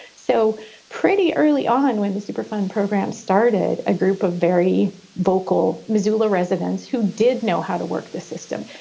so pretty early on when the superfund program started, a group of very vocal missoula residents who did know how to work the system.